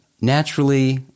naturally